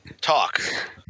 Talk